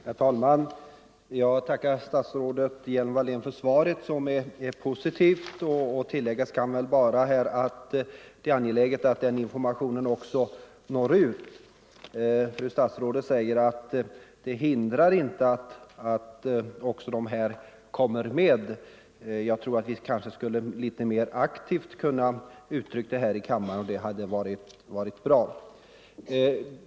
Herr talman! Jag tackar statsrådet för svaret, som är positivt. Tilläggas kan väl bara, att det är angeläget att den informationen också når ut. Fru statsrådet säger att ingenting hindrar att också andra organisationer framför synpunkter. Jag tror att det hade varit bra om hon hade uttryckt det litet klarare — inte bara här i kammaren.